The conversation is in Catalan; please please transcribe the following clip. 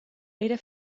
era